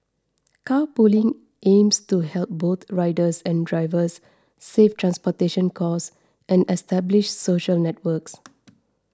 carpooling aims to help both riders and drivers save transportation costs and establish social networks